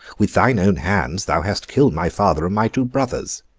with thine own hands thou hast killed my father and my two brothers.